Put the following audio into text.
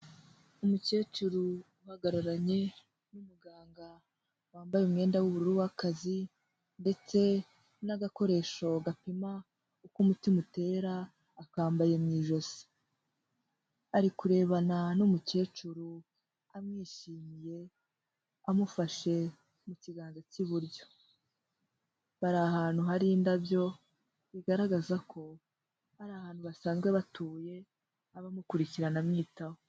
Umukecuru uhagararanye n'umuganga wambaye umwenda w'ubururu w'akazi, ndetse n'agakoresho gapima uko umutima utera akambaye mu ijosi. Ari kurebana n'umukecuru amwishimiye, amufashe mu kiganza cy'iburyo. Bari ahantu hari indabyo, zigaragaza ko ari ahantu basanzwe batuye, aba amukurikirana amwitaho.